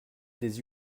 des